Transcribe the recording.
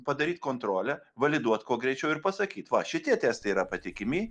padaryt kontrolę validuot kuo greičiau ir pasakyt va šitie testai yra patikimi